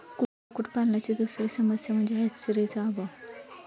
कुक्कुटपालनाची दुसरी समस्या म्हणजे हॅचरीचा अभाव